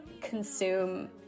consume